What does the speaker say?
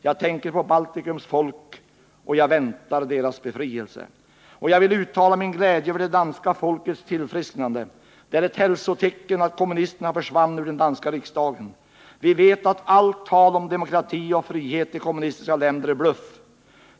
Jag tänker på Baltikums folk, och jag väntar deras befrielse. Jag vill också uttala min glädje över det danska folkets tillfrisknande. Det är ett hälsotecken att kommunisterna försvann ur den danska riksdagen. Vi vet att allt tal om demokrati och frihet i kommunistiska länder är bluff.